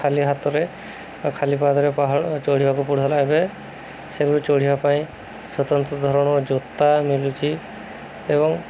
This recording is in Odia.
ଖାଲି ହାତରେ ବା ଖାଲି ପାଦରେ ପାହାଡ଼ ଚଢ଼ିବାକୁ ପଡ଼ିଲା ଏବେ ସେଗୁଡ଼ିକ ଚଢ଼ିବା ପାଇଁ ସ୍ୱତନ୍ତ୍ର ଧରଣ ଜୋତା ମିଳୁଛି ଏବଂ